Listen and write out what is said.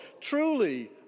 truly